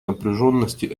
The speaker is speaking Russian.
напряженности